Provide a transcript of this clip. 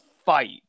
fight